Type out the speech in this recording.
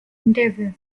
endeavour